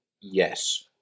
Yes